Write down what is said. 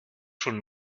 schon